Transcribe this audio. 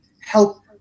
help